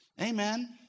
Amen